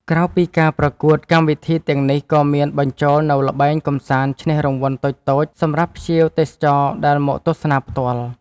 ក្រៅពីការប្រកួត កម្មវិធីទាំងនេះក៏មានបញ្ចូលនូវល្បែងកម្សាន្តឈ្នះរង្វាន់តូចៗសម្រាប់ភ្ញៀវទេសចរដែលមកទស្សនាផ្ទាល់។